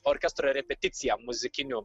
orkestro repeticiją muzikiniu